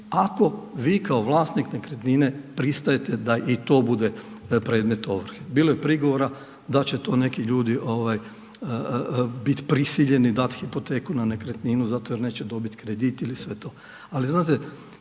ako vi kao vlasnik nekretnine pristajete da i to bude predmet ovrhe. Bilo je prigovora da će to neki ljudi biti prisiljeni dati hipoteku na nekretninu zato jer neće dobiti kredit ili sve to.